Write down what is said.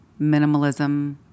minimalism